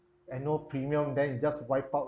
and no premium then you just wiped out